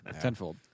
Tenfold